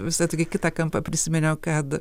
visai tokį kitą kampą prisiminiau kad